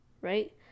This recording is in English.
right